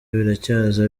biracyaza